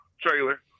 trailer